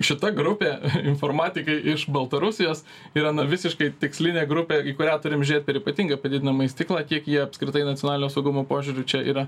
šita grupė informatikai iš baltarusijos yra visiškai tikslinė grupė į kurią turim žiūrėt per ypatingą padidinamąjį stiklą kiek jie apskritai nacionalinio saugumo požiūriu čia yra